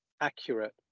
accurate